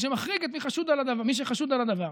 שמחריג את מי שחשוד על הדבר.